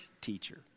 teacher